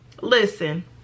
listen